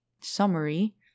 summary